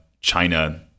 China